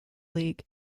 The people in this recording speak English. league